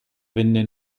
venne